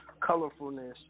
colorfulness